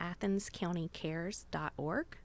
athenscountycares.org